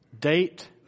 date